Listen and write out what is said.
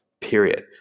period